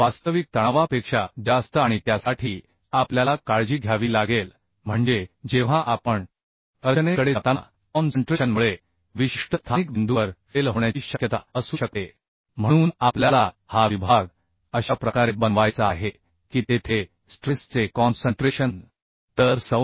वास्तविक तणावापेक्षा जास्त आणि त्यासाठी आपल्याला काळजी घ्यावी लागेल म्हणजे जेव्हा आपण रचनेकडे जातो तेव्हा कॉन्सन्ट्रेशन मुळे विशिष्ट स्थानिक बिंदूवर फेल होण्याची शक्यता असू शकते म्हणून आपल्याला हा विभाग अशा प्रकारे बनवायचा आहे की तेथे स्ट्रेसचे कॉन्सन्ट्रेशन टाळू शकते